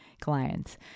clients